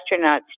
astronauts